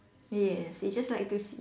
yes you just like to see